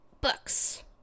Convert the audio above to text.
Books